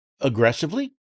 aggressively